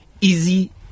easy